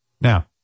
Now